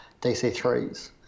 dc-3s